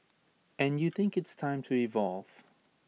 and you think it's time to evolve